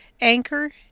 Anchor